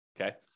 Okay